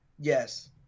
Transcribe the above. Yes